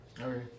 Okay